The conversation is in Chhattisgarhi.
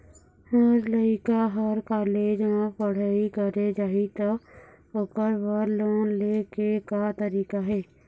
मोर लइका हर कॉलेज म पढ़ई करे जाही, त ओकर बर लोन ले के का तरीका हे?